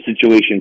situation